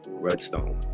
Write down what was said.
redstone